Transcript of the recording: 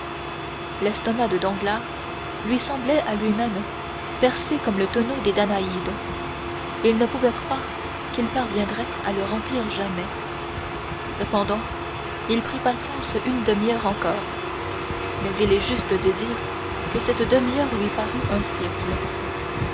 l'estomac de danglars lui semblait à lui-même percé comme le tonneau des danaïdes il ne pouvait croire qu'il parviendrait à le remplir jamais cependant il prit patience une demi-heure encore mais il est juste de dire que cette demi-heure lui parut un siècle